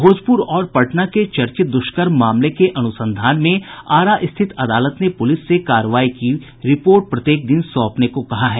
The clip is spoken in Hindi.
भोजपुर और पटना के चर्चित दुष्कर्म मामले के अनुसंधान में आरा स्थित अदालत ने पुलिस से कार्रवाई की रिपोर्ट प्रत्येक दिन सौंपने को कहा है